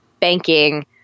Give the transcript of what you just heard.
banking